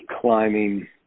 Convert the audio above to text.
climbing